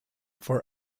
for